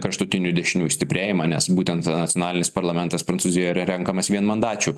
kraštutinių dešiniųjų stiprėjimą nes būtent nacionalinis parlamentas prancūzijoje yra renkamas vienmandačių